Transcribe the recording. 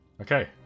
Okay